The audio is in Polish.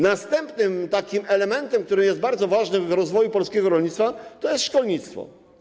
Następny element, który jest bardzo ważny dla rozwoju polskiego rolnictwa, to jest szkolnictwo.